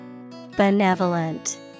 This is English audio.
Benevolent